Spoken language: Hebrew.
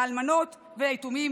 לאלמנות והיתומים,